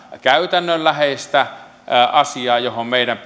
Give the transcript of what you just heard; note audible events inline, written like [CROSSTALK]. käytännönläheistä asiaa jossa meidän [UNINTELLIGIBLE]